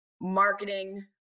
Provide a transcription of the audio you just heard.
marketing